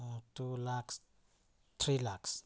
two lakhs three lakhs